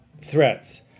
threats